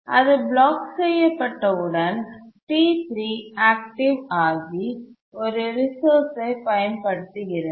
அது பிளாக் செய்ய பட்டவுடன் T3 ஆக்டிவ் ஆகி ஒரு ரிசோர்ஸ்ஐ பயன்படுத்துகிறது